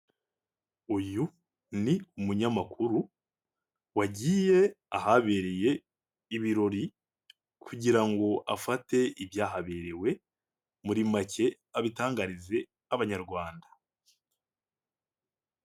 Uyu ni umunyamakuru wagiye ahabereye ibirori kugira ngo afate ibyahaberewe muri make abitangarize abanyarwanda.